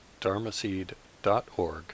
dharmaseed.org